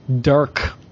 dark